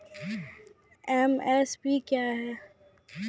MSP क्या है?